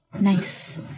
Nice